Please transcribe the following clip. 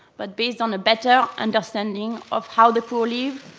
but based on a better understanding of how the poor live,